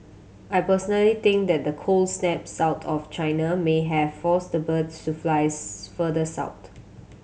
I personally think that the cold snap south of China may have forced the birds to flies further south